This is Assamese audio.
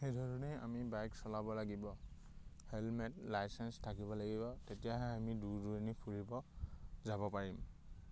সেইধৰণে আমি বাইক চলাব লাগিব হেলমেট লাইচেঞ্চ থাকিব লাগিব তেতিয়াহে আমি দূৰ দূৰণি ফুৰিব যাব পাৰিম